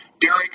Derek